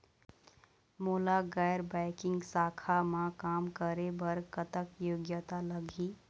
मोला गैर बैंकिंग शाखा मा काम करे बर कतक योग्यता लगही?